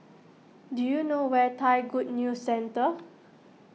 do you know where Thai Good News Centre